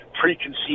preconceived